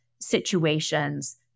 situations